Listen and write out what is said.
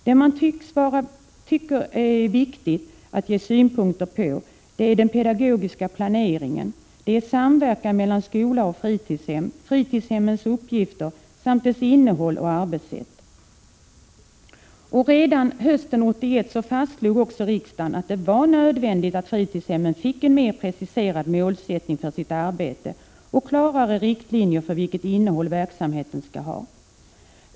Det man främst tyckt vara viktigt att ge synpunkter på är den pedagogiska planeringen, samverkan mellan skola och fritidshem, fritidshemmens uppgifter samt deras innehåll och arbetssätt. Redan hösten 1981 fastslog också riksdagen att det var nödvändigt att fritidshemmen fick en mer preciserad målsättning för sitt arbete och klarare riktlinjer för vilket innehåll verksamheten skall ha.